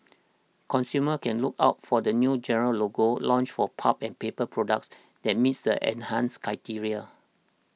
consumers can look out for the new green logo launched for pulp and paper products that missed enhanced criteria